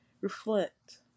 Reflect